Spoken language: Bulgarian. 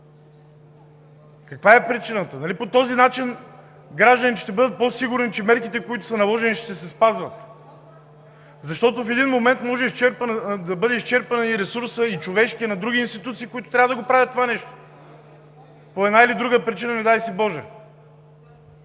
Каква е причината? Нали по този начин гражданите ще бъдат по сигурни, че мерките, които са наложени, ще се спазват? В един момент може да бъде изчерпан човешкият ресурс на други институции, които трябва да правят това нещо, по една или друга причина, не дай боже?!